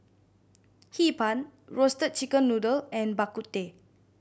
Hee Pan Roasted Chicken Noodle and Bak Kut Teh